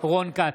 רון כץ,